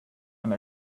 and